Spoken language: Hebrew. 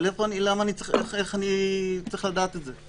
אבל איך אני צריך לדעת את זה?